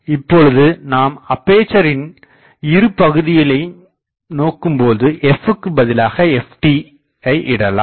இப்பொழுது நாம் அப்பேசரின் இரு பகுதிகளையும் நோக்கும் போது நாம் f க்கு பதிலாக ft ஐ இடலாம்